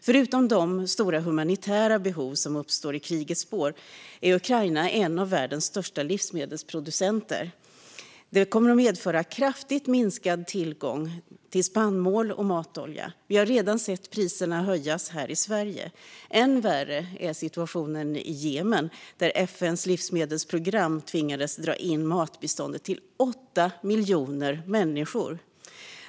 Förutom de stora humanitära behov som uppstår i krigets spår är Ukraina en av världens största livsmedelsproducenter, och kriget kommer att medföra kraftigt minskad tillgång till spannmål och matolja. Vi har redan sett priserna höjas här i Sverige. Än värre är situationen i Jemen där FN:s livsmedelsprogram tvingades dra in matbiståndet till 8 miljoner människor.